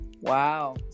Wow